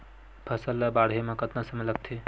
फसल ला बाढ़े मा कतना समय लगथे?